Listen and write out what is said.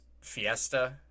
fiesta